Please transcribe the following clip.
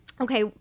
okay